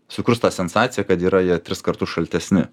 sukurs tą sensaciją kad yra jie tris kartus šaltesni